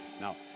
Now